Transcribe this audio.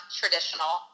traditional